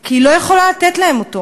כי היא לא יכולה לתת להם אותו.